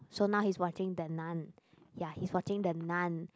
so now he is watching the Nun ya he is watching the Nun